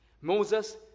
Moses